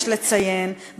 יש לציין,